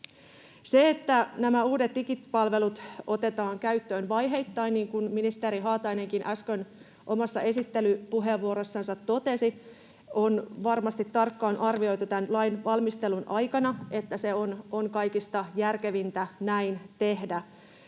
Se, että nämä uudet digipalvelut otetaan käyttöön vaiheittain, niin kuin ministeri Haatainenkin äsken omassa esittelypuheenvuorossaan totesi, on varmasti tarkkaan arvioitu tämän lain valmistelun aikana, että se on kaikista järkevintä näin tehdä.